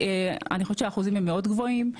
אני חושבת שאחוזי ההצלחה הם מאוד גבוהים.